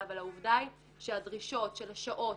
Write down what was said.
אבל העובדה היא שהדרישות של השעות,